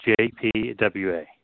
JPWA